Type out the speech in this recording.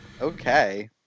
okay